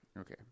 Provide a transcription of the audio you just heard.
Okay